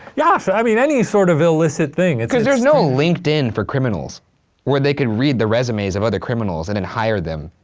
yeah, i mean any sort of illicit thing. cause there's no linkedin for criminals where they could read the resumes of other criminals and then hire them.